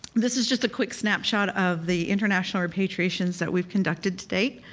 this is just a quick snapshot of the international repatriations that we've conducted to date.